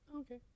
Okay